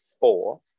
Four